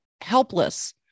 helpless